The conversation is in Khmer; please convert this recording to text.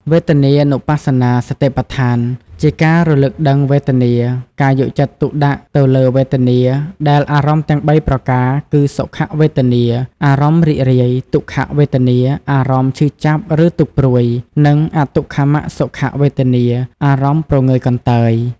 វេទនានុបស្សនាសតិប្បដ្ឋាន ជាការការរលឹកដឹងវេទនា ការយកចិត្តទុកដាក់ទៅលើវេទនា ដែលអារម្មណ៍ទាំងបីប្រការគឺ សុខវេទនា អារម្មណ៍រីករាយ ទុក្ខវេទនា អារម្មណ៍ឈឺចាប់ឬទុក្ខព្រួយ និង អទុក្ខមសុខវេទនា អារម្មណ៍ព្រងើយកន្តើយ។